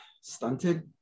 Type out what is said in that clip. stunted